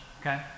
okay